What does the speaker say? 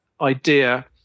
idea